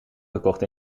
gekocht